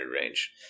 range